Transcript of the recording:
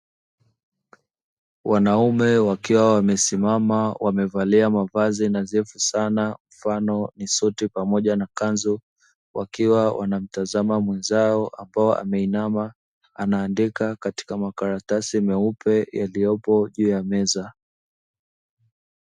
Wanaume wakiwa wamesimama wamevalia mavazi nadhifu sana mfano ni suti, pamoja na kanzu wakiwa wanamtazama mwenzao ambao ameinama anaandika katika makaratasi meupe yaliyopo juu ya meza.